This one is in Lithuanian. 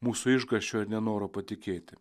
mūsų išgąsčio ar nenoro patikėti